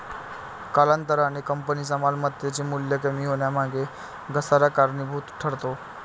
कालांतराने कंपनीच्या मालमत्तेचे मूल्य कमी होण्यामागे घसारा कारणीभूत ठरतो